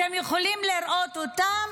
אתם יכולים לראות אותן